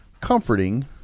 comforting